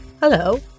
Hello